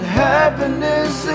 happiness